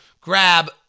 grab